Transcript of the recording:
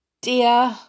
dear